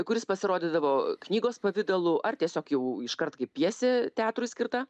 kuris pasirodydavo knygos pavidalu ar tiesiog jau iškart kai pjesė teatrui skirta